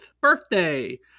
birthday